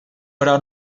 però